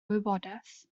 wybodaeth